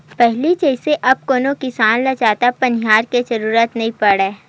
पहिली जइसे अब कोनो किसान ल जादा बनिहार के जरुरत नइ पड़य